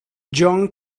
john